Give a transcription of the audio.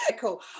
cool